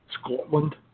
Scotland